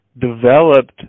developed